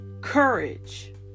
Courage